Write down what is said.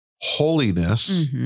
holiness